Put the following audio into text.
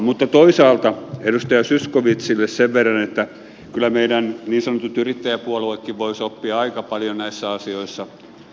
mutta toisaalta edustaja zyskowiczille sen verran että kyllä meidän niin sanotut yrittäjäpuolueetkin voisivat oppia aika paljon näissä asioissa amerikasta